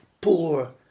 poor